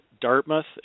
Dartmouth